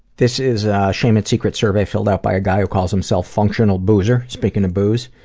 this is a shame and secrets survey filled out by a guy who calls himself functional boozer speaking of booze.